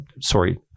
sorry